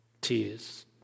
tears